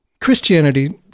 Christianity